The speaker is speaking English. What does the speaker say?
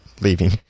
leaving